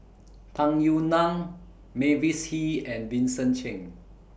Tung Yue Nang Mavis Hee and Vincent Cheng